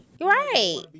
Right